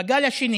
בגל השני